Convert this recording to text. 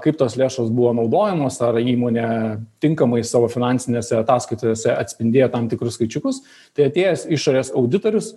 kaip tos lėšos buvo naudojamos ar įmonė tinkamai savo finansinėse ataskaitose atspindėjo tam tikrus skaičiukus tai atėjęs išorės auditorius